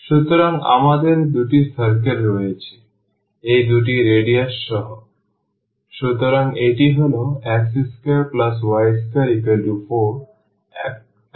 সুতরাং আমাদের দুটি circle রয়েছে এই দুটি রেডিয়াস সহ সুতরাং একটি হল x2y24 x2y29